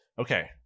okay